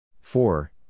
four